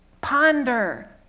ponder